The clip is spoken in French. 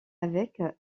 avec